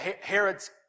Herod's